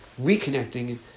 reconnecting